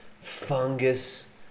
fungus